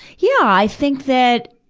yeah. i think that,